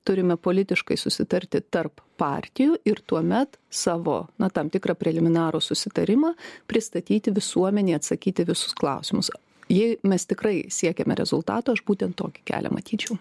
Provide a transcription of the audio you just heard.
turime politiškai susitarti tarp partijų ir tuomet savo na tam tikrą preliminarų susitarimą pristatyti visuomenei atsakyti į visus klausimus jei mes tikrai siekiame rezultato aš būtent tokį kelią matyčiau